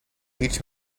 each